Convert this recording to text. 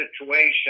situation